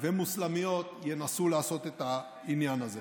ומוסלמיות ינסו לעשות את העניין הזה.